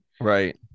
Right